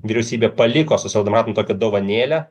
vyriausybė paliko socialdemoktatam tokią dovanėlę